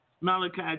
Malachi